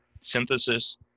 synthesis